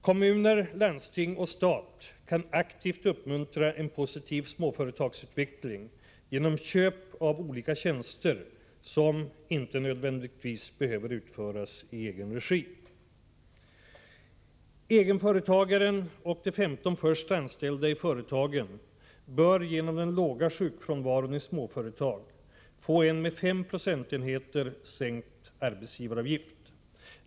Kommuner, landsting och stat kan aktivt uppmuntra en positiv småföretagsutveckling genom köp av olika tjänster som inte nödvändigtvis behöver utföras i egen regi. I småföretag bör egenföretagaren och de 15 först anställda i företagen på grund av den låga sjukfrånvaron i sådana företag få en med 5 procentenheter sänkt arbetsgivaravgift.